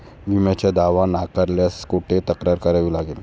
विम्याचा दावा नाकारल्यास कुठे तक्रार करावी लागेल?